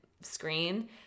screen